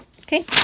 Okay